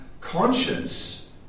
conscience